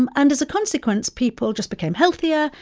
um and as a consequence, people just became healthier.